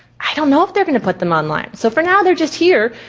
i don't know if they're gonna put them online. so for now, they're just here.